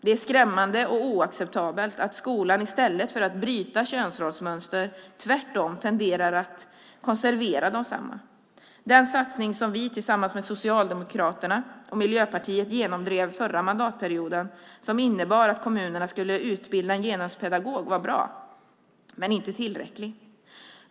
Det är skrämmande och oacceptabelt att skolan i stället för att bryta könsrollsmönster tvärtom tenderar att konservera desamma. Den satsning som vi tillsammans med Socialdemokraterna och Miljöpartiet genomdrev förra mandatperioden som innebar att kommunerna skulle utbilda en genuspedagog var bra men inte tillräcklig.